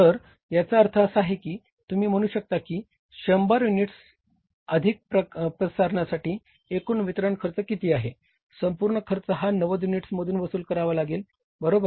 तर याचा अर्थ असा की तुम्ही म्हणू शकता की 100 युनिट्स अधिक प्रसारणासाठी एकूण वितरण खर्च किती आहे संपूर्ण खर्च या 90 युनिट्समधून वसूल करावा लागेल बरोबर